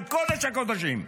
בקודש הקודשים,